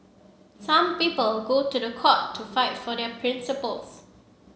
some people go to the court to fight for their principles